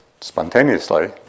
spontaneously